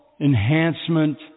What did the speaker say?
enhancement